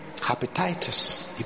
Hepatitis